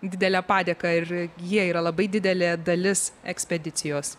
didelę padėką ir jie yra labai didelė dalis ekspedicijos